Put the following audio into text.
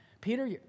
Peter